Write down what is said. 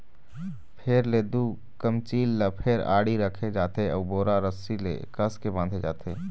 फेर ले दू कमचील ल फेर आड़ी रखे जाथे अउ बोरा रस्सी ले कसके बांधे जाथे